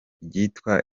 ryitwa